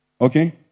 Okay